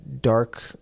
dark